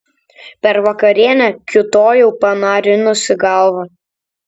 per vakarienę kiūtojau panarinusi galvą